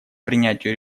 принятию